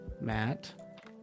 matt